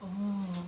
oh